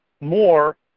more